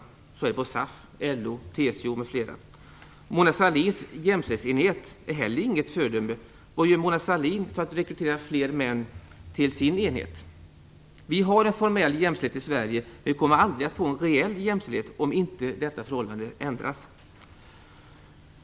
Så är det på SAF, LO, TCO m.fl. Mona Sahlins jämställdhetsenhet är inte heller något föredöme. Vi har en formell jämställdhet i Sverige, men vi kommer aldrig att få en reell jämställdhet om inte detta förhållande ändras.